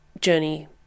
journey